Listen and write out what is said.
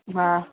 हा